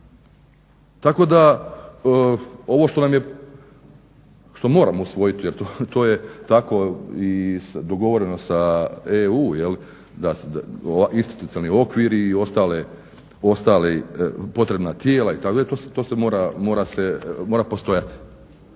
što nam je, što moramo usvojit jer to je tako i dogovoreno s EU, institucionalni okviri i ostala potrebna tijela itd., to se mora postojati.